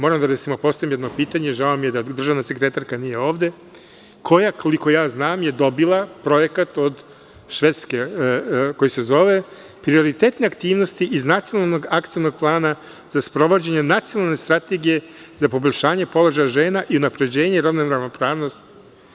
Moram da postavim jedno pitanje, žao mi je što državna sekretarka nije ovde, koja je, koliko ja znam, dobila projekat od Švedske, koji se zove – Prioritetne aktivnosti iz nacionalnog akcionog plana za sprovođenje Nacionalne strategije za poboljšanje položaja žena i unapređenje rodne ravnopravnosti.